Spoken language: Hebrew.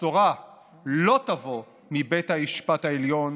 הבשורה לא תבוא מבית המשפט העליון